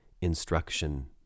instruction